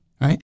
Right